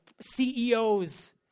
CEOs